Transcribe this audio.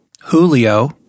Julio